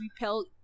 repel